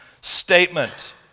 statement